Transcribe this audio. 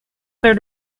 there